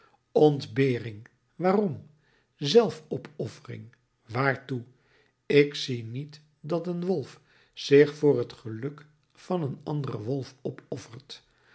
ontbering waarom zelfopoffering waartoe ik zie niet dat een wolf zich voor het geluk van een anderen wolf opoffert